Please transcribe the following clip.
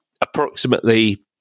approximately